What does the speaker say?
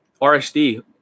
RSD